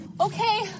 Okay